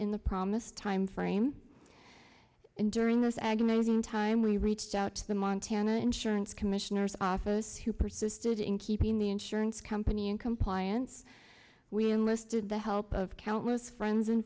in the promised timeframe and during this agonizing time we reached out to the montana insurance commissioner's office who persisted in keeping the insurance company in compliance we enlisted the help of countless friends and